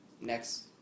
Next